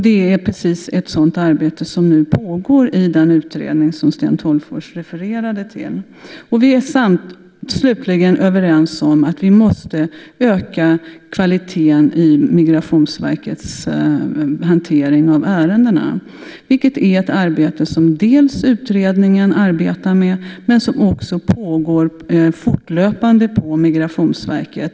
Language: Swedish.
Det är precis ett sådant arbete som nu pågår i den utredning som Sten Tolgfors refererade till. Vi är slutligen överens om att vi måste öka kvaliteten i Migrationsverkets hantering av ärendena, vilket är ett arbete som utredningen arbetar med men som också pågår fortlöpande på Migrationsverket.